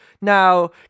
now